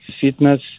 fitness